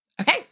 Okay